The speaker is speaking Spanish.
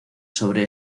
sobre